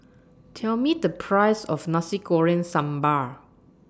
Tell Me The Price of Nasi Goreng Sambal